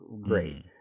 great